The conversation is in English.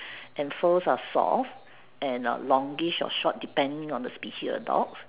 and furs are soft and longish or short depending on the species of the dog